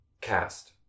Cast